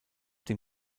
dem